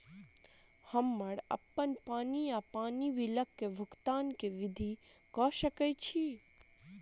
हम्मर अप्पन पानि वा पानि बिलक भुगतान केँ विधि कऽ सकय छी?